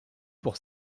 pour